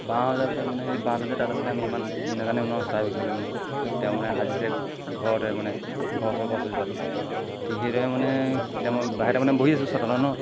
বাঁহ সজাৰ পিছত মানে সেই বাঁহটো যে তাত আছিলে আমি ইমান নাজানো ন চৰাই বিষয়লৈ মানে তেওঁ মানে সাজিছে ঘৰতে মানে ঘৰৰ ওচৰৰ গছ এজোপাত ঠিক সেইদৰে মানে তেতিয়া মই বাহিৰতে মানে বহি আছো চোতালত ন